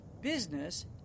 business